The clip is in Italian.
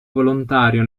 volontario